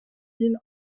mille